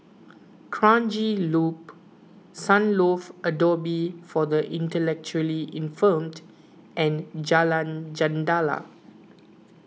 Kranji Loop Sunlove Abode for the Intellectually Infirmed and Jalan Jendela